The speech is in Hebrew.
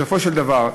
בסופו של דבר,